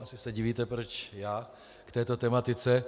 Asi se divíte, proč já k této tematice.